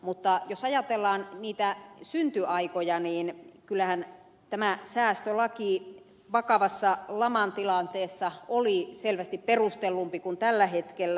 mutta jos ajatellaan niitä syntyaikoja niin kyllähän tämä säästölaki vakavassa laman tilanteessa oli selvästi perustellumpi kuin tällä hetkellä